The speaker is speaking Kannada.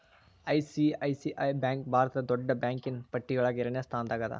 ಐ.ಸಿ.ಐ.ಸಿ.ಐ ಬ್ಯಾಂಕ್ ಭಾರತದ್ ದೊಡ್ಡ್ ಬ್ಯಾಂಕಿನ್ನ್ ಪಟ್ಟಿಯೊಳಗ ಎರಡ್ನೆ ಸ್ಥಾನ್ದಾಗದ